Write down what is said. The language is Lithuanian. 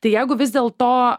tai jeigu vis dėl to